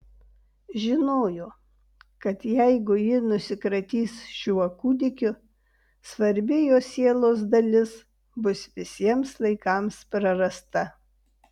žinojo kad jeigu ji nusikratys šiuo kūdikiu svarbi jos sielos dalis bus visiems laikams prarasta